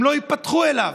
הם לא ייפתחו אליו.